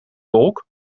wolk